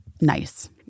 nice